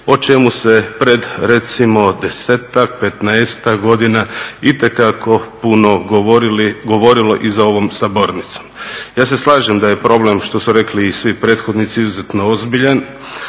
o čemu se pred recimo desetak, petnaestak godina itekako puno govorilo i za ovom sabornicom. Ja se slažem da je problem što su rekli i svi prethodnici izuzetno ozbiljan,